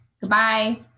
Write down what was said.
Goodbye